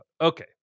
okay